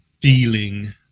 feeling